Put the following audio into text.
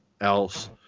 else